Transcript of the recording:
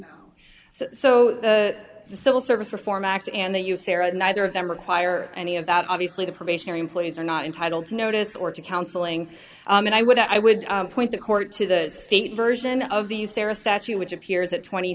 now so the civil service reform act and the usera neither of them require any of that obviously the probationary employees are not entitled to notice or to counseling and i would i would point the court to the state version of the usera statute which appears at twenty